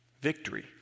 victory